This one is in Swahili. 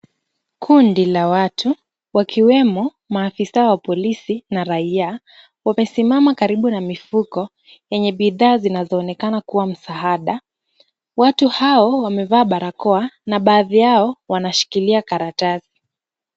Kundi la watu wakiwemo maafisa wa polisi na raia wamesimama karibu na mifuko yenye bidhaa zinazoonekana kama msaada. Watu hao wamevaa barakoa na baadhi yao wanashikilia karatasi.